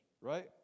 right